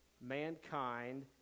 mankind